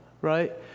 right